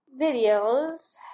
videos